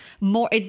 more